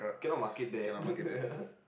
cannot market that